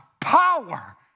power